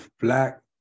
black